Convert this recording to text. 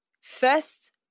First